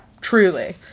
truly